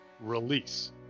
release